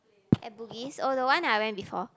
at Bugis oh the one that I went before